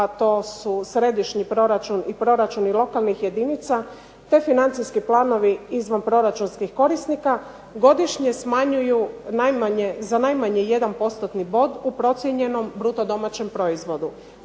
a to su središnji proračun i proračuni lokalnih jedinica te financijski planovi izvanproračunskih korisnika godišnje smanjuju za najmanje 1 postotni bod u procijenjenom bruto domaćem proizvodu.